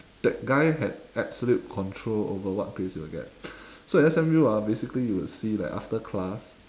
that guy had absolute control over what grades you will get so S_M_U ah basically you would see like after class